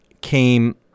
came